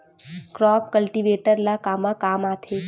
Crop cultivator ला कमा काम आथे?